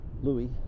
Louis